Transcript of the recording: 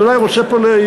אני אולי רוצה פה להעיר.